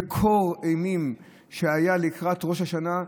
בקור האימים שהיה לקראת ראש השנה,